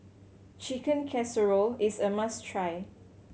Chicken Casserole is a must try